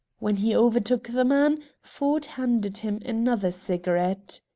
when he overtook the man, ford handed him another cigarette.